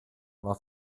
war